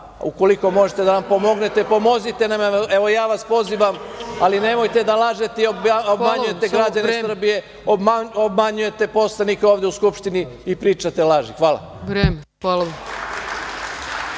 Ukoliko možete da nam pomognete, pomozite nam. Evo, ja vas pozivam, ali nemojte da lažete i obmanjujete građane Srbije, obmanjujte poslanike ovde u Skupštini i pričate laži. Hvala.